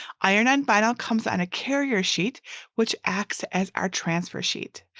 iron-on vinyl comes on a carrier sheet which acts as our transfer sheet.